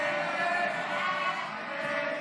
הצעת סיעות